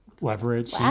Leverage